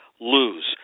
lose